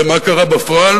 ומה קרה בפועל?